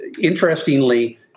interestingly